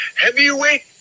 heavyweight